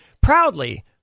proudly